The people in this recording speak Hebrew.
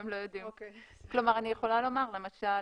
גם היום הם לא יודעים.